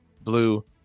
Blue